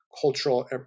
cultural